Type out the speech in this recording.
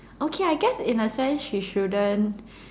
okay I guess in a sense she shouldn't